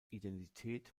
identität